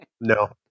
No